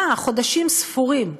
מה, חודשים ספורים,